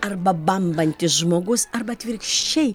arba bambantis žmogus arba atvirkščiai